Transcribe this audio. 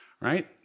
right